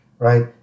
Right